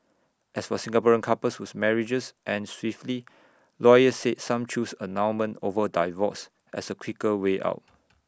as for Singaporean couples whose marriages end swiftly lawyers said some choose annulment over divorce as A quicker way out